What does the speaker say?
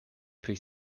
pri